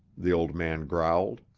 the old man growled.